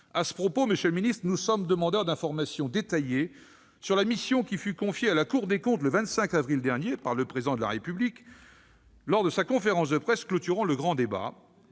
À ce propos, messieurs les ministres, nous sommes demandeurs d'informations détaillées sur la mission qui fut confiée à la Cour des comptes le 25 avril dernier par le Président de la République lors de sa conférence de presse clôturant le grand débat.